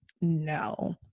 no